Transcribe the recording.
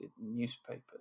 Newspapers